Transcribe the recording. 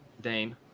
Dane